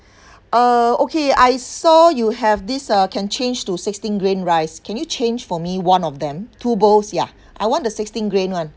uh okay I saw you have this uh can change to sixteen grain rice can you change for me one of them two bowls ya I want the sixteen grain [one]